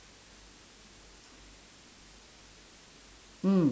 mm